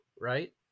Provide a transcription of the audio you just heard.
right